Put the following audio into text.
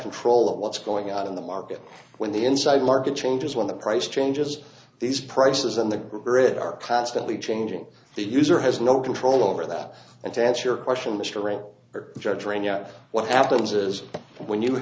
control of what's going on in the market when the inside market changes when the price changes these prices on the grid are constantly changing the user has no control over that and to answer your question or drain you know what happens is when you